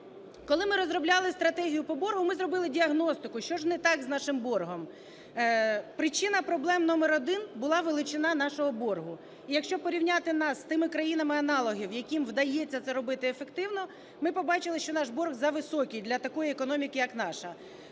Коли ми розробляли стратегію по боргу, ми зробили діагностику, що ж не так з нашим боргом. Причиною проблеми номер один була величина нашого боргу. І, якщо порівняти нас з тими країнами аналогів, яким вдається це робити ефективно, ми побачили, що наш борг зависокий для такої економіки, як наша.